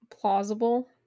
plausible